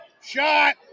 shot